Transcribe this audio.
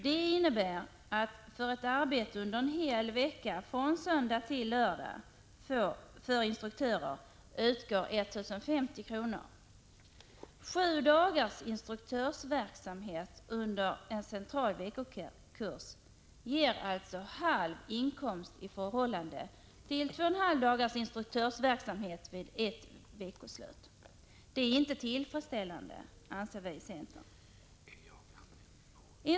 Det innebär att för en hel veckas arbete, från söndag till lördag, utgår 1 050 kr. till instruktörer. Sju dagars instruktörsverksamhet under en central veckokurs ger alltså halv inkomst i förhållande till två och en halv dags instruktörsverksamhet under ett veckoslut. Det är inte tillfredsställande, anser vi i centern.